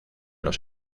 los